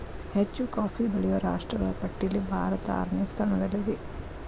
ಹೆಚ್ಚು ಕಾಫಿ ಬೆಳೆಯುವ ರಾಷ್ಟ್ರಗಳ ಪಟ್ಟಿಯಲ್ಲಿ ಭಾರತ ಆರನೇ ಸ್ಥಾನದಲ್ಲಿದೆ